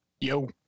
Yo